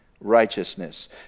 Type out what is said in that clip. righteousness